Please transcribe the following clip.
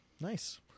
Nice